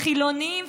החילונים,